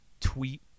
tweet